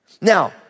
Now